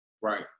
right